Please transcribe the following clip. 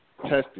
testing